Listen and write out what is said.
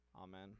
Amen